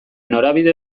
norabide